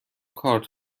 کارت